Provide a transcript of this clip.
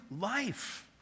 life